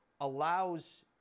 allows